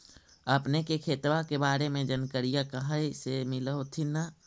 अपने के खेतबा के बारे मे जनकरीया कही से मिल होथिं न?